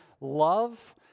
love